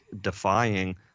defying